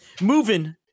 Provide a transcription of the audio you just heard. moving